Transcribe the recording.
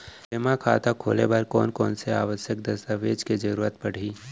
जेमा खाता खोले बर कोन कोन से आवश्यक दस्तावेज के जरूरत परही?